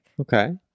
Okay